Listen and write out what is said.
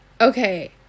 Okay